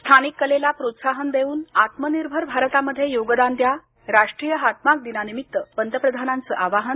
स्थानिक कलेला प्रोत्साहन देऊन आत्मनिर्भर भारतामध्ये योगदान द्या राष्ट्रीय हातमाग दिनानिमित्त पंतप्रधानांचं आवाहन